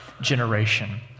generation